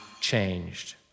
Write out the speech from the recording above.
changed